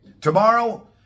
Tomorrow